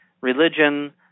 religion